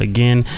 Again